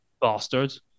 bastards